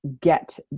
get